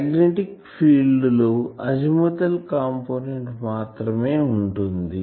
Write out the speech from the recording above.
magnetic field లో azimuthal component మాత్రమే ఉంటుంది